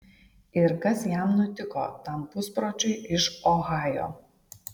ir kas jam nutiko tam puspročiui iš ohajo